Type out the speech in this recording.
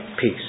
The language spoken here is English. peace